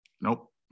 Nope